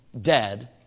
dead